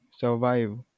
survive